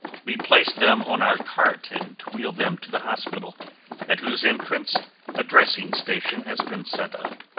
we place them on our cart and wheel them to the hospital at whose entrance a dressing station has been set up.